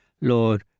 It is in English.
Lord